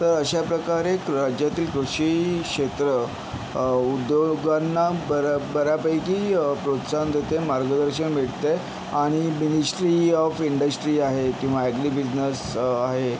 तर अशाप्रकारे राज्यातील कृषी क्षेत्र उद्योगांना बऱ्या बऱ्यापैकी प्रोत्साहन देते मार्गदर्शन मिळते आणि मिनिस्ट्री ऑफ इंडस्ट्री आहे किंवा ॲग्री बिझनेस आहे